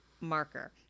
marker